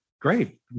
great